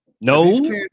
No